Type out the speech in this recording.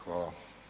Hvala.